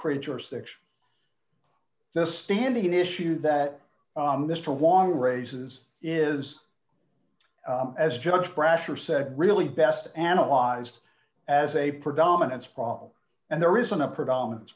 create jurisdiction the standing issue that mr wong raises is as judge brasher said really best analyzed as a predominance problem and there isn't a predominan